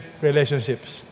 relationships